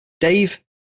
Dave